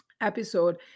episode